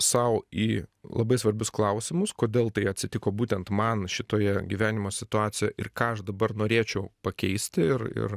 sau į labai svarbius klausimus kodėl tai atsitiko būtent man šitoje gyvenimo situacijoje ir ką aš dabar norėčiau pakeisti ir ir